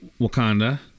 Wakanda